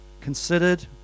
considered